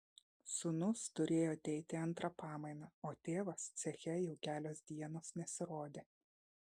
sūnus turėjo ateiti į antrą pamainą o tėvas ceche jau kelios dienos nesirodė